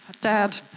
Dad